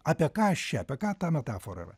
apie ką aš čia apie ką ta metafora